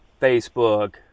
facebook